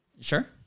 Sure